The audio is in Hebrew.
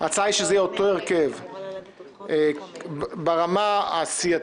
ההצעה היא שזה יהיה אותו הרכב ברמה הסיעתית,